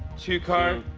two card,